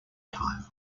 times